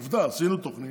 עובדה, עשינו תוכנית,